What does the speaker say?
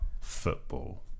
football